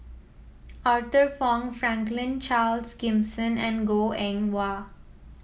Arthur Fong Franklin Charles Gimson and Goh Eng Wah